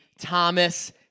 Thomas